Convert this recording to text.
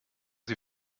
sie